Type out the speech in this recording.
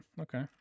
Okay